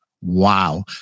wow